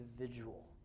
individual